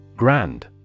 Grand